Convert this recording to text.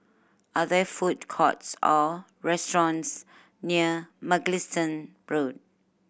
are there food courts or restaurants near Mugliston Road